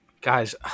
guys